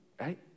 right